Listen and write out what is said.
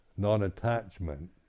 Non-attachment